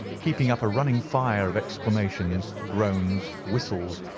keeping up a running fire of exclamations, groans, whistles,